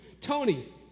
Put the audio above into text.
Tony